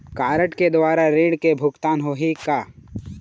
Card के द्वारा ऋण के भुगतान होही का?